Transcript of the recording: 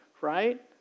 right